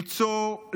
למצוא,